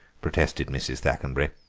protested mrs. thackenbury.